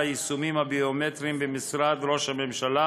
היישומים הביומטריים במשרד ראש הממשלה,